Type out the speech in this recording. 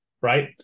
Right